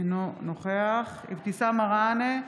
אינו נוכח אבתיסאם מראענה,